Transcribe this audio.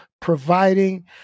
providing